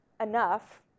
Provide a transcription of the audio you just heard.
enough